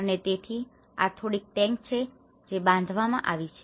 અને તેથી આ થોડી ટેન્ક છે કે જે બાંધવામાં આવી છે